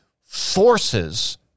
forces